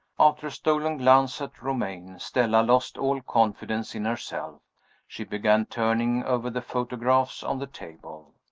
after a stolen glance at romayne, stella lost all confidence in herself she began turning over the photographs on the table.